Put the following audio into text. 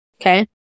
okay